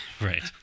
right